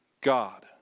God